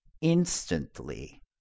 instantly